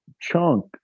chunk